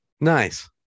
Nice